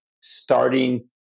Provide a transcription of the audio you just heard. starting